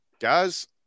Guys